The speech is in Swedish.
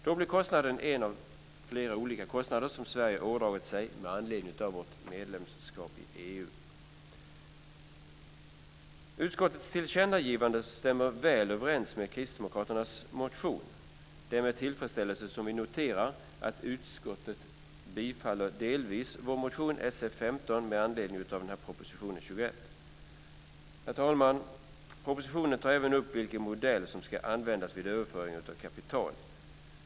Då blir kostnaden en av flera olika kostnader som Sverige ådragit sig med anledning av vårt medlemskap i EU. Utskottets tillkännagivande stämmer väl överens med Kristdemokraternas motion. Det är med tillfredsställelse som vi noterar att utskottet delvis tillstyrker vår motion Sf15 med anledning av proposition 21. Herr talman! Propositionen tar även upp vilken modell som ska användas vid överföring av kapital.